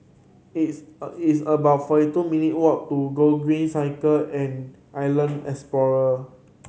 it's it's about forty two minute walk to Gogreen Cycle and Island Explorer